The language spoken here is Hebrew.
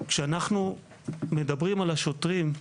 כשאנחנו מדברים על השוטרים,